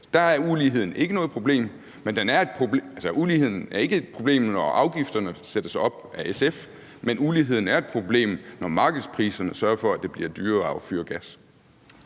for det. Uligheden er ikke et problem, når afgifterne sættes op af SF, men uligheden er et problem, når markedspriserne sørger for, at det bliver dyrere at fyre